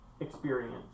experience